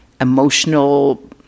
emotional